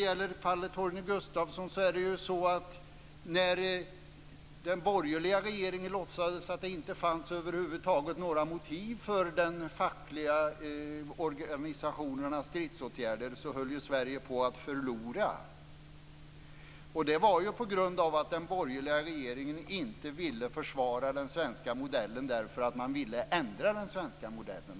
I fallet Torgny Gustafsson höll Sverige på att förlora när den borgerliga regeringen låtsades att det över huvud taget inte fanns några motiv för den fackliga organisationens stridsåtgärder. Det var på grund av att den borgerliga regeringen inte ville försvara den svenska modellen, därför att man ville ändra den svenska modellen.